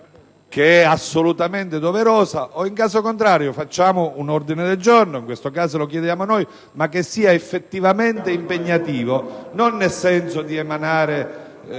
che è assolutamente doverosa, o, in caso contrario, accolga un ordine del giorno - in questo caso lo chiediamo noi - che sia però effettivamente impegnativo, non nel senso di emanare,